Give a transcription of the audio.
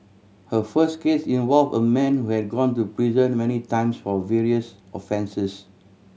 her first case involve a man who had gone to prison many times for various offences